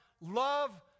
Love